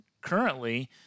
currently